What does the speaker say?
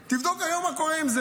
תבדוק היום מה קורה עם זה.